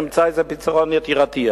נמצא איזה פתרון יצירתי.